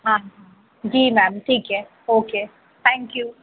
हाँ हाँ जी मैम ठीक है ओके थैंक यू